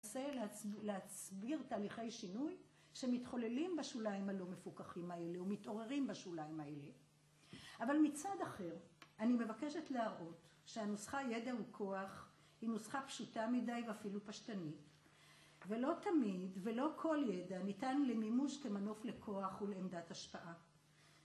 אני מנסה להסביר תהליכי שינוי שמתחוללים בשוליים הלא מפוקחים האלה ומתעוררים בשוליים האלה אבל מצד אחר אני מבקשת להראות שהנוסחה ידע הוא כוח היא נוסחה פשוטה מדי ואפילו פשטנית ולא תמיד ולא כל ידע ניתן למימוש כמנוף לכוח ולעמדת השפעה